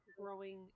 growing